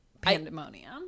pandemonium